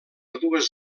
dues